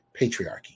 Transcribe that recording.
patriarchy